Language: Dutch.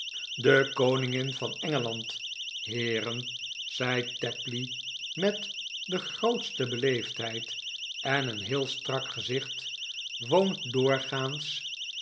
de koningin van engeland heeren zei tapley met de grootste beleefdheid en een heel strak gezicht woont doorgaans